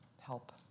help